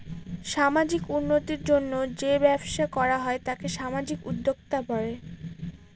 সামাজিক উন্নতির জন্য যেই ব্যবসা করা হয় তাকে সামাজিক উদ্যোক্তা বলে